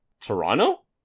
Toronto